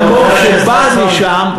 מהמקום שאתה בא משם,